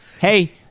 hey